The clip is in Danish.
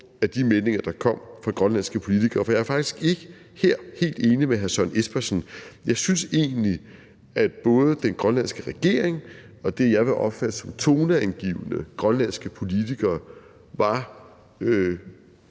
af de meldinger, der kom fra grønlandske politikere. For jeg er faktisk ikke helt enig med hr. Søren Espersen her. I forhold til både den grønlandske regering og det, jeg vil opfatte som toneangivende grønlandske politikere, vil